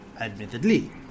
admittedly